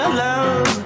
love